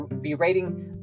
berating